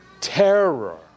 terror